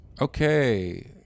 Okay